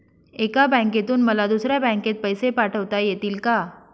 एका बँकेतून मला दुसऱ्या बँकेत पैसे पाठवता येतील का?